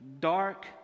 dark